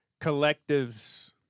collectives